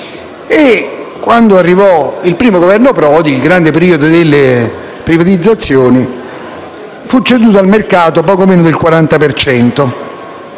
dell'IRI. Con il primo Governo Prodi, nel grande periodo delle privatizzazioni, fu ceduto al mercato poco meno del 40